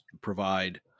provide